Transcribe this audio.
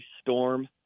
storm